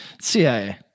cia